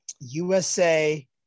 usa